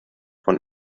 von